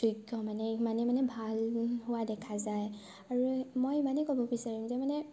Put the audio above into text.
যোগ্য মানে ইমানে মানে ভাল হোৱা দেখা যায় আৰু মই ইমানে ক'ব বিচাৰোঁ যে মানে